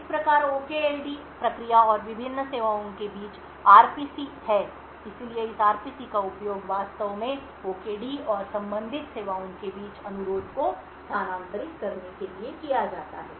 इस प्रकार OKD प्रक्रिया और विभिन्न सेवाओं के बीच आरपीसी तंत्र है इसलिए इस आरपीसी का उपयोग वास्तव में ओकेडी और संबंधित सेवाओं के बीच अनुरोध को स्थानांतरित करने के लिए किया जाता है